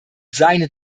seine